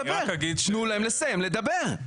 תנו להם לסיים לדבר.